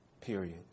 Period